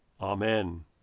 amen